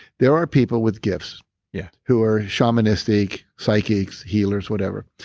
there are people with gifts yeah who are shamanistic, psychics, healers whatever.